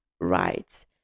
right